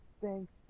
Thanks